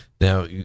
Now